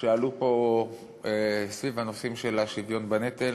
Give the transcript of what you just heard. שעלו פה סביב הנושאים של השוויון בנטל